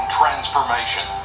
transformation